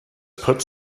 put